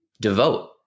devote